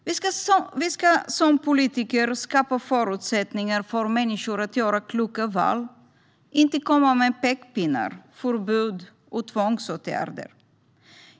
Vi ska som politiker skapa förutsättningar för människor att göra kloka val och inte komma med pekpinnar, förbud eller tvångsåtgärder.